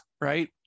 right